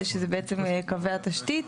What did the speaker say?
שזה בעצם קווי התשתית,